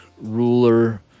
ruler